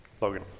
Logan